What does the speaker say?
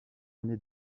année